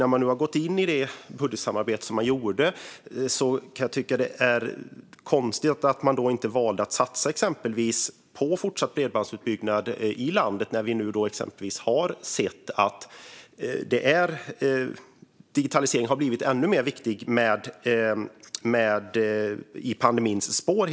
När man nu gick in i detta budgetsamarbete kan jag tycka att det är konstigt att man inte valde att satsa exempelvis på fortsatt bredbandsutbyggnad i landet. Vi har ju exempelvis sett att digitaliseringen har blivit ännu mer viktig i pandemins spår.